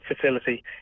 facility